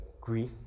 grief